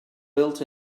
built